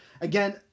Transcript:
Again